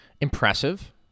Impressive